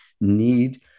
need